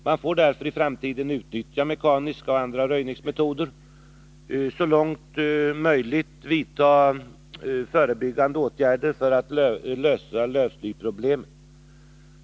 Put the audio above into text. Man får därför i framtiden utnyttja mekaniska och andra röjnings Nr 48 metoder samt så långt möjligt vidta förebyggande åtgärder för att lösa Torsdagen den lövslyproblemet.